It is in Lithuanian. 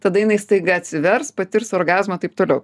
tada jinai staiga atsivers patirs orgazmą taip toliau